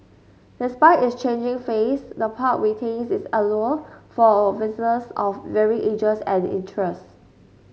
despite its changing face the park retains its allure for visitors of varying ages and interests